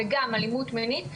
וגם אלימות מינית,